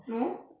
no